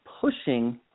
pushing